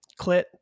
clit